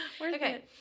Okay